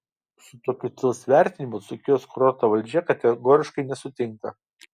su tokiu tils vertinimu dzūkijos kurorto valdžia kategoriškai nesutinka